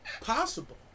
possible